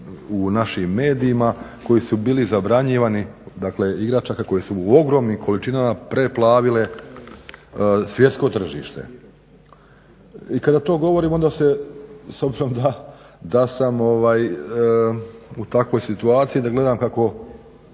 u našim medijima koji su bili zabranjivani dakle igračaka koje su ogromnim količinama preplavile svjetsko tržište. I kada to govorim onda se s obzirom da sam u takvoj situaciji da gledam kako